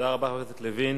תודה לחבר הכנסת לוין.